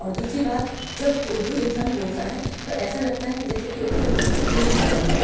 اور دوسری بات جب اردو انسان بولتا ہے تو ایسا لگتا ہے جیسے کہ اس کے منہ سے پھول جھڑ رہے ہیں